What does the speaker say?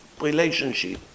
relationship